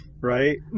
Right